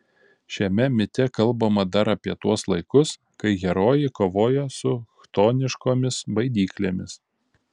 šiame mite kalbama dar apie tuos laikus kai herojai kovojo su chtoniškomis baidyklėmis